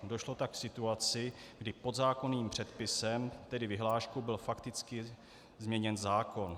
Došlo tak k situaci, kdy podzákonným předpisem, tedy vyhláškou, byl fakticky změněn zákon.